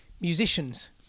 musicians